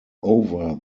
over